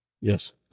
Yes